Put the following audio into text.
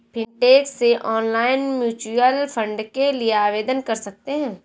fintech से online mutual fund के लिए आवेदन कर सकते हैं